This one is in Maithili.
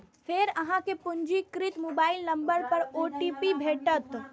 फेर अहां कें पंजीकृत मोबाइल नंबर पर ओ.टी.पी भेटत